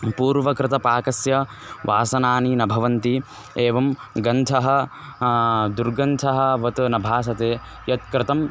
पूर्वकृतपाकस्य वासनानि न भवन्ति एवं गन्धः दुर्गन्धः वत् न भासते यत्कृतम्